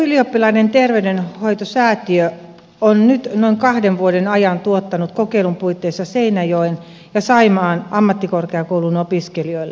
ylioppilaiden terveydenhoitosäätiö on nyt noin kahden vuoden ajan tuottanut kokeilun puitteissa opiskeluterveydenhuollon palveluja seinäjoen ja saimaan ammattikorkeakoulun opiskelijoille